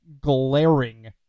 glaring